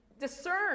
discern